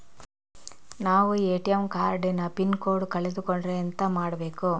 ನಾವು ATM card ನ pin code ಕಳೆದು ಕೊಂಡ್ರೆ ಎಂತ ಮಾಡ್ಬೇಕು?